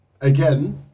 again